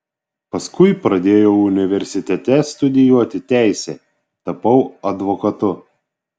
paskui pradėjau universitete studijuoti teisę tapau advokatu